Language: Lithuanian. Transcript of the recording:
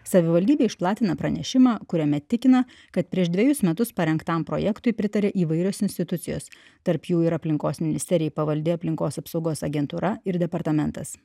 savivaldybė išplatina pranešimą kuriame tikina kad prieš dvejus metus parengtam projektui pritarė įvairios institucijos tarp jų ir aplinkos ministerijai pavaldi aplinkos apsaugos agentūra ir departamentas